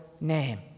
name